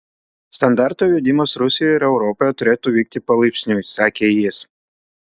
standartų įvedimas rusijoje ir europoje turėtų vykti palaipsniui sakė jis